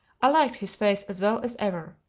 i liked his face as well as ever.